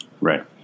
Right